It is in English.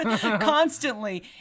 Constantly